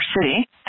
city